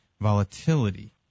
volatility